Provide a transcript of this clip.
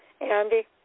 Andy